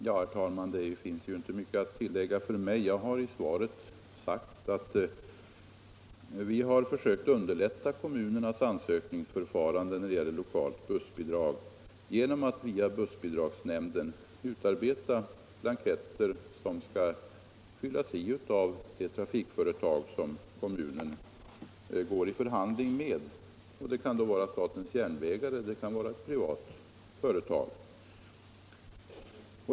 Herr talman! Det finns inte mycket för mig att tillägga. Jag har i svaret sagt att vi har försökt underlätta kommunernas ansökningsförfarande när det gäller lokalt bussbidrag genom att via bussbidragsnämnden utarbeta blanketter som skall fyllas i av det trafikföretag som kommunen förhandlar med. Det kan vara SJ eller ett privat företag.